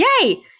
Yay